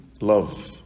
Love